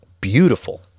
beautiful